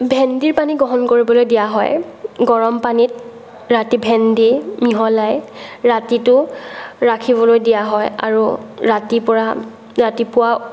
ভেন্দিৰ পানী গ্ৰহণ কৰিবলৈ দিয়া হয় গৰম পানীত ৰাতি ভেন্দি মিহলাই ৰাতিটো ৰাখিবলৈ দিয়া হয় আৰু ৰাতি পৰা ৰাতিপুৱা